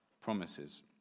promises